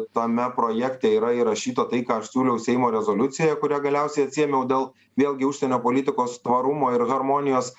tame projekte yra įrašyta tai ką aš siūliau seimo rezoliucijoj kurią galiausiai atsiėmiau dėl vėlgi užsienio politikos tvarumo ir harmonijos